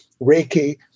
Reiki